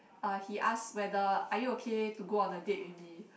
uh he ask whether are you okay to go on a date with me